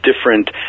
different